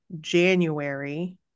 January